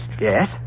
Yes